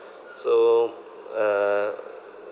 so uh